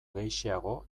gehixeago